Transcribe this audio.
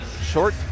short